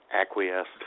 acquiesced